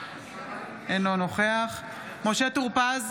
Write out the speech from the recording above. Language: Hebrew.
אינו נוכח משה טור פז,